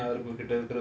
நிறையா:niraiyaa